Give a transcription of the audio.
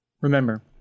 Remember